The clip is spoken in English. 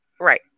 Right